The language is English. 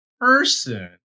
person